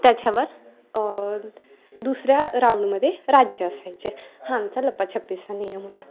त्याच्यावर दुसऱ्या राऊंडमध्ये राज्य असायचे हा आमचा लपाछपीचा नियम होता